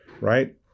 right